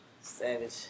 Savage